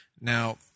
Now